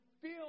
feel